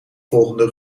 volgende